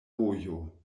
vojo